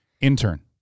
Intern